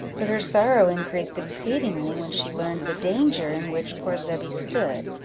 but her sorrow increased exceedingly when she learned the danger in which poor zebby stood,